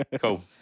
cool